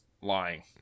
lying